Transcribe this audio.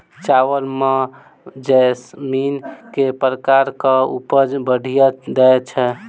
चावल म जैसमिन केँ प्रकार कऽ उपज बढ़िया दैय छै?